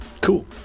Cool